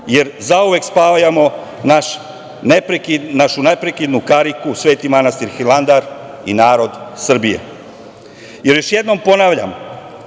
jer zauvek spajamo našu neprekidnu kariku Svetog manastira Hilandar i naroda Srbije. Još jednom ponavljam,